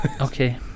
Okay